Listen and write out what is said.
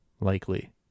Likely